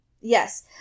Yes